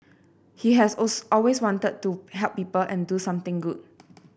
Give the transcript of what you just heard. he has also always wanted to help people and do something good